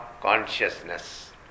consciousness